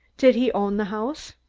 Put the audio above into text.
did he own the house?